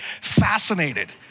fascinated